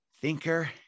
thinker